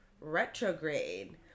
retrograde